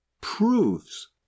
proves